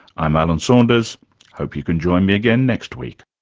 i'm alan saunders hope you can join me again next week